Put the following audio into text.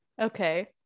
Okay